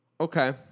okay